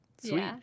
Sweet